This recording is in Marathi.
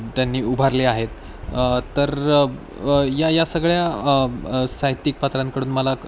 त्यांनी उभारले आहेत तर या या सगळ्या साहित्यिक पात्रांकडून मला